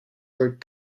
work